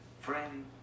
friend